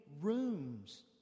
rooms